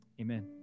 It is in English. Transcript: Amen